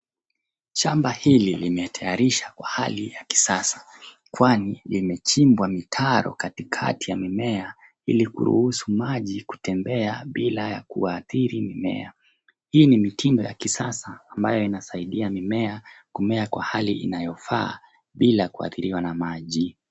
Shamba hili limetayarishwa kwa hali ya kisasa kwani limechimbwa mitaro katikati ya mimea ili kuruhusu maji kutembea bila kuathiri mimea. Hii ni mitindo ya kisasa ambayo inasaidia mimea kumea kwa hali inayofaa bila kuathiriwa na maji.